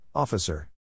Officer